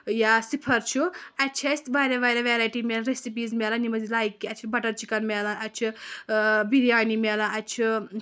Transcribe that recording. یا صِفر چھُ اَتہِ چھِ اَسہِ واریاہ واریاہ وٮ۪رایٹی میلان رٮ۪سِپیٖز میلان یِم اَسہِ لایِک کہِ اَتہِ چھِ بَٹَر چِکَن میلان اَتہِ چھِ بِریانی میلان اَتہِ چھِ